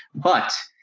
but,